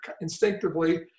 instinctively